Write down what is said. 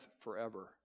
forever